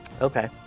Okay